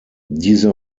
diese